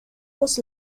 was